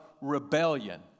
rebellion